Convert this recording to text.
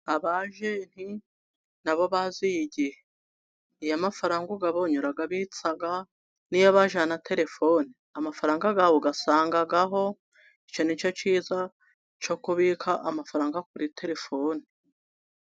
Aba ajenti nabo baziye igihe, iyo amafaranga uyabonye urayabitsa, n'iyobajyanye terefone amafaranga yawe usangabo, icyo nicyo kiza cyo kubika amafaranga kuri terefone.